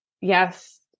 Yes